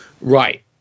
right